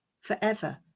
forever